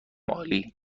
عالی